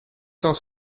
cent